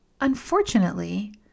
unfortunately